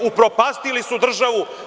Upropastili su državu.